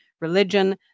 religion